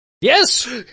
Yes